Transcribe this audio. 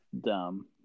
dumb